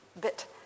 bit